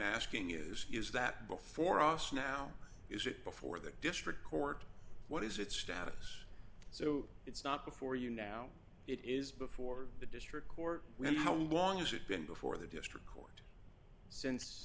asking is is that before us now is it before the district court what is its status so it's not before you now it is before the district court with how long has it been before the district court since